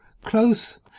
Close